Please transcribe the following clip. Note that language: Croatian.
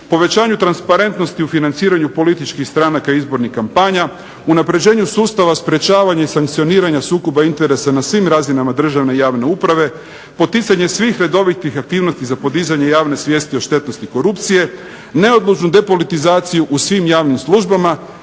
povećanju transparentnosti u financiranju političkih stranaka izbornih kampanja, unapređenju sustava sprječavanja i sankcioniranja sukoba interesa na svim razinama državne i javne uprave, poticanje svih redovitih aktivnosti za podizanje javne svijesti o štetnosti korupcije, neodlučnu depolitizaciju u svim javnim službama,